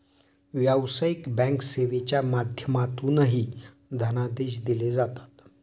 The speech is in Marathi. व्यावसायिक बँक सेवेच्या माध्यमातूनही धनादेश दिले जातात